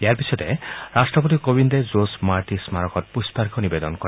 ইয়াৰ পিছতে ৰাট্টপতি কোবিন্দে জোছ মাৰ্টি স্মাৰকত পুম্পাৰ্য নিৱেদন কৰে